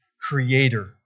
Creator